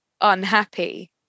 unhappy